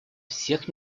всех